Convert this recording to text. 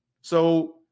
So-